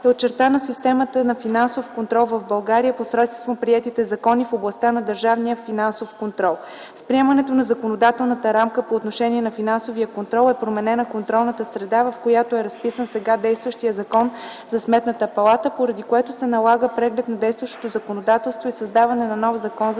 е очертана системата на финансов контрол в България, посредством приетите закони в областта на държавния финансов контрол. С приемането на законодателната рамка по отношение на финансовия контрол е променена контролната среда, в която е разписан сега действащият Закон за Сметната палата, поради което се налага преглед на действащото законодателство и създаване на нов Закон за